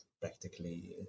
practically